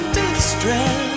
distress